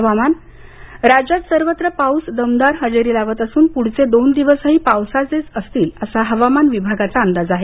हवामान राज्यात सर्वत्र पाऊस दमदार हजेरी लावत असून पुढचे दोन दिवसही पावसाचेच असतील असा हवामान विभागाचा अंदाज आहे